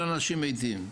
לא לאנשים מתים.